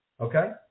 okay